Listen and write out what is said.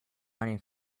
money